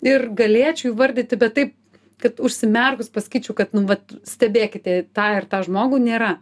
ir galėčiau įvardyti bet taip kad užsimerkus pasakyčiau kad nu vat stebėkite tą ir tą žmogų nėra